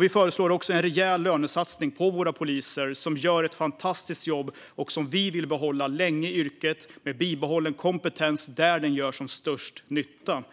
Vi föreslår också en rejäl lönesatsning på våra poliser, som gör ett fantastiskt jobb och som vi vill behålla länge i yrket med bibehållen kompetens där den gör som störst nytta.